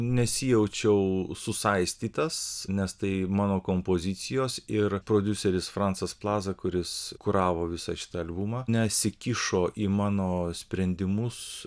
nesijaučiau susaistytas nes tai mano kompozicijos ir prodiuseris francas plaza kuris kuravo visą šitą albumą nesikišo į mano sprendimus